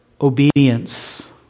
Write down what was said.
obedience